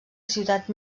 ciutat